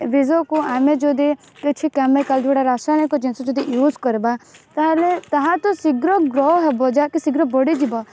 ବିଜକୁ ଆମେ ଯଦି କିଛି କେମିକାଲ ଯେଉଁଟା ରାସାୟନିକ ଜିନିଷ ଯଦି ୟୁଜ କରିବା ତାହେଲେ ତାହାଠୁ ଶୀଘ୍ର ଗ୍ରୋ ହେବ ଯାହାକି ଶୀଘ୍ର ବଢ଼ିଯିବ